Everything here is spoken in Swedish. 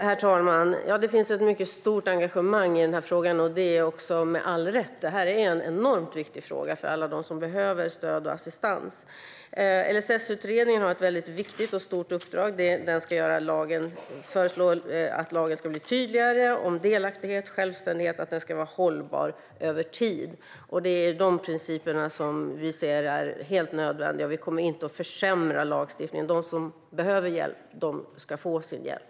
Herr talman! Det finns ett mycket stort engagemang i frågan - med all rätt. Det är en enormt viktig fråga för alla dem som behöver stöd och assistans. LSS-utredningen har ett viktigt och stort uppdrag. Den ska föreslå hur lagen ska bli tydligare när det gäller delaktighet och självständighet och att den ska vara hållbar över tid. Det är de principerna som vi ser som helt nödvändiga. Vi kommer inte att försämra lagstiftningen. De som behöver hjälp ska få sin hjälp.